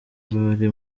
bari